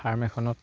farm এখনত